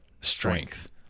Strength